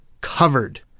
covered